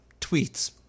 tweets